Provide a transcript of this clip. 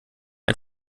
ein